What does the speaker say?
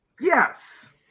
Yes